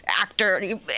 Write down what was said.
actor